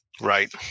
Right